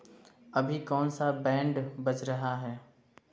अभी कौन सा बैंड बज रहा है